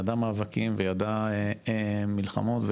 ידעה מאבקים וידעה מלחמות,